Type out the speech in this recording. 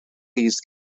used